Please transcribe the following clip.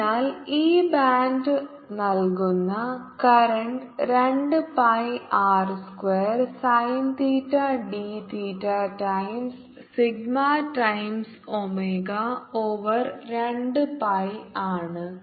rsinθω അതിനാൽ ഈ ബാൻഡ് നൽകുന്ന കറന്റ് രണ്ട് pi R square sine theta d theta times sigma times omega over രണ്ട് പൈ ആണ്